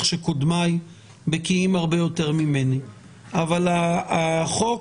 שקודמי בקיאים הרבה יותר ממני אבל החוק